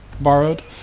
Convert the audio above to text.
borrowed